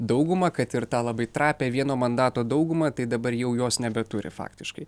daugumą kad ir tą labai trapią vieno mandato daugumą tai dabar jau jos nebeturi faktiškai